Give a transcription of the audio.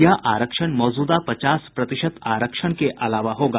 यह आरक्षण मौजूदा पचास प्रतिशत आरक्षण के अलावा होगा